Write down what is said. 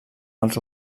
els